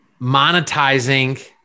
Monetizing